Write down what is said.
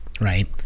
right